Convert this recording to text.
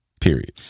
period